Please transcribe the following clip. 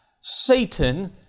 Satan